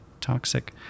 toxic